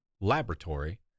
Laboratory